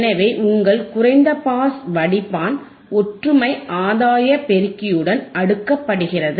எனவே உங்கள் குறைந்த பாஸ் வடிப்பான் ஒற்றுமை ஆதாய பெருக்கியுடன் அடுக்கப்படுகிறது